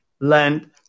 land